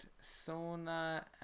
sona